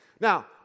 Now